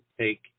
take